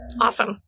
awesome